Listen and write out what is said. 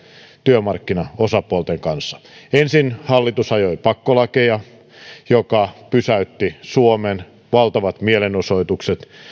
työmarkkinaosapuolten kanssa ensin hallitus ajoi pakkolakeja mikä pysäytti suomen valtavat mielenosoitukset